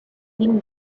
been